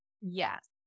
Yes